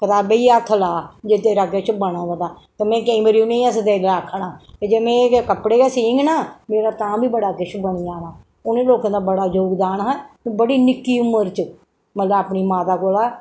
कताबें गी हत्थ ला जे तेरा किश बनग तां ते में केईं बारी उनेंगी हसदे गै आखना जे में कपड़े गै सींग ना मेरा तां बी बड़ा किश बनी जाना उनें लोकें दा बड़ा जोगदान हा ते बड़ी निक्की उम्र च मतलब अपनी माता कोला